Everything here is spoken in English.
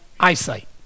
Eyesight